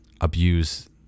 abuse